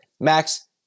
Max